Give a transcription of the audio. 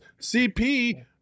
cp